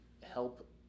help